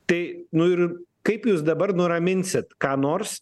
tai nu ir kaip jūs dabar nuraminsit ką nors